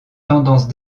tendances